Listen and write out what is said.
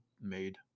made